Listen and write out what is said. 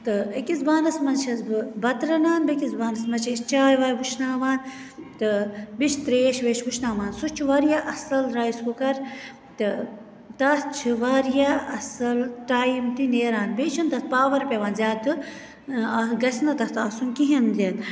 تہٕ أکِس بانَس مَنٛز چھَس بہٕ بَتہٕ رَنان بیٚیِس بانَس مَنٛز چھِ أسۍ چاے واے وُشناوان تہٕ بیٚیہِ چھِ ترٛیش ویش وُشناوان سُہ چھُ واریاہ اصٕل رایِس کُکَر تہٕ تتھ چھ واریاہ اصٕل ٹایِم تہِ نیران بیٚیہِ چھُنہٕ تتھ پاوَر پیٚوان زیادٕ دیُن مَطلَب گَژھِ نہٕ تتھ آسُن کِہیٖنۍ تہِ